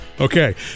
okay